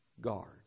guard